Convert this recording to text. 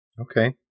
Okay